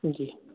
जी